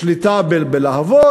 בשליטה בלהבות.